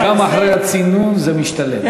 גם אחרי הצינון זה משתלם.